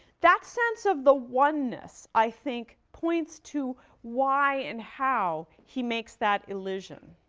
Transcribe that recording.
that sense of the oneness, i think, points to why and how he makes that illusion,